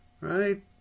Right